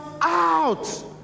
out